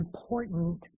important